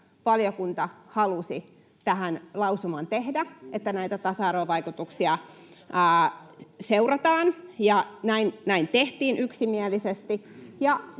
valiokunta halusi tähän lausuman tehdä, että näitä tasa-arvovaikutuksia seurataan, ja näin tehtiin yksimielisesti.